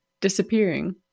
disappearing